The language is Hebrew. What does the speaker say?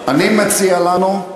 אני מציע לנו,